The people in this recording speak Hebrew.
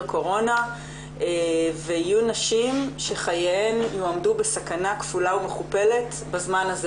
קורונה ויהיו נשים שחייהן יעמדו בסכנה כפולה ומכופלת בזמן הזה,